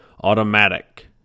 automatic